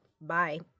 bye